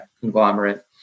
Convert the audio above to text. conglomerate